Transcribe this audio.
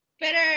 better